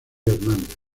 hernández